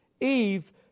Eve